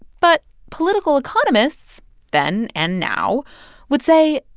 but political economists then and now would say,